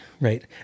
right